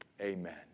amen